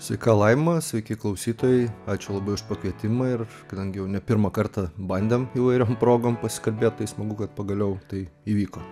sveika laima sveiki klausytojai ačiū labai už pakvietimą ir kadangi jau ne pirmą kartą bandėm įvairiom progom pasikalbėt tai smagu kad pagaliau tai įvyko